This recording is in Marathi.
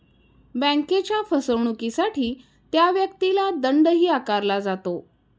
बँकेच्या फसवणुकीसाठी त्या व्यक्तीला दंडही आकारला जातो